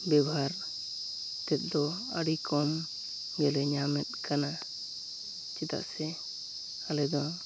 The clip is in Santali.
ᱵᱮᱣᱦᱟᱨᱛᱮᱫ ᱫᱚ ᱟᱹᱰᱤ ᱠᱚᱢᱜᱮᱞᱮ ᱧᱟᱢᱮᱫ ᱠᱟᱱᱟ ᱪᱮᱫᱟᱜ ᱥᱮ ᱟᱞᱮᱫᱚ